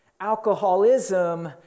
Alcoholism